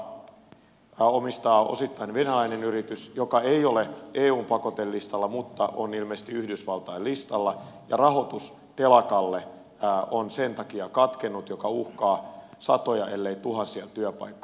helsingin telakan omistaa osittain venäläinen yritys joka ei ole eun pakotelistalla mutta on ilmeisesti yhdysvaltain listalla ja rahoitus telakalle on sen takia katkennut mikä uhkaa satoja ellei tuhansia työpaikkoja